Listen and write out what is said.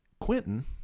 Quentin